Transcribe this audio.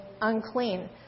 unclean